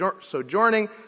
sojourning